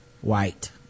white